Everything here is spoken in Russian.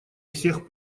всех